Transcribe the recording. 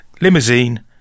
limousine